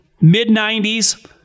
mid-90s